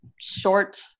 short